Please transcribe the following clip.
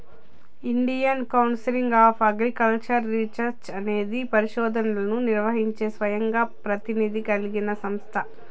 Indian council of agricultural research అనేది పరిశోధనలను నిర్వహించే స్వయం ప్రతిపత్తి కలిగిన సంస్థ